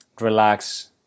relax